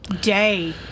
day